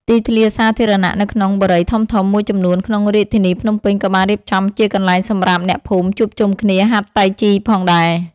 ទីធ្លាសាធារណៈនៅក្នុងបុរីធំៗមួយចំនួនក្នុងរាជធានីភ្នំពេញ ក៏បានរៀបចំជាកន្លែងសម្រាប់អ្នកភូមិជួបជុំគ្នាហាត់តៃជីផងដែរ។